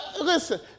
Listen